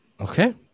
Okay